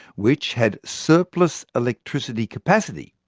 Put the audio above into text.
which had surplus electricity capacity,